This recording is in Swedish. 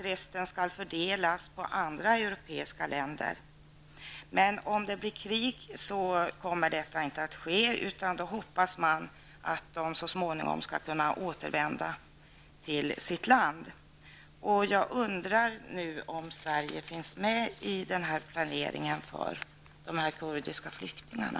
Resten skall fördelas på andra europeiska länder. Men om det blir krig kommer detta inte att ske, utan då hoppas man att de så småningom skall kunna återvända till sitt land. Jag undrar om Sverige finns med i den här planeringen för de kurdiska flyktingarna?